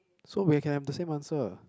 so we can have the same answer